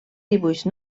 dibuix